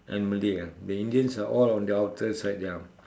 and Malay ah the Indians they are all on the outer side ya